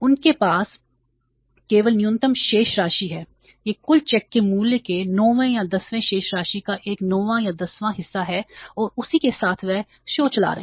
उनके पास केवल न्यूनतम शेष राशि है यह कुल चेक के मूल्य के एक 9 वें या 10 वें शेष राशि का एक 9 वां या 10 वां हिस्सा है और उसी के साथ वे शो चला रहे हैं